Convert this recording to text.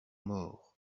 morts